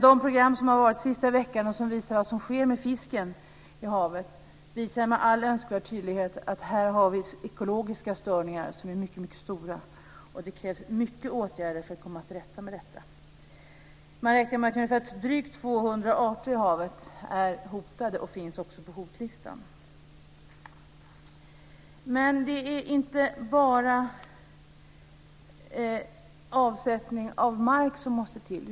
De program som har varit den senaste veckan och som visar vad som sker med fisken i havet visar med all önskvärd tydlighet att vi här har ekologiska störningar som är mycket stora. Det krävs många åtgärder för att komma till rätta med det. Man räknar med att drygt 200 arter i havet är hotade, och de finns också på hotlistan. Men det är inte bara avsättning av mark som måste till.